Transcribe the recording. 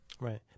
Right